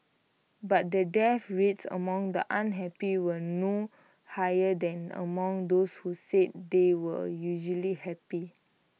but the death rates among the unhappy were no higher than among those who said they were usually happy